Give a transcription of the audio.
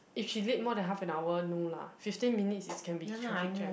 if she late more than half and hour no lah fifteen minutes is can be traffic jam